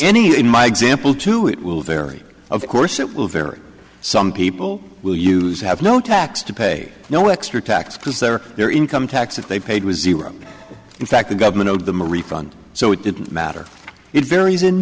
any in my example to it will vary of course it will vary some people will use have no tax to pay no extra tax because their their income tax if they paid was in fact the government owed them refund so it didn't matter it varies in